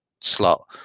slot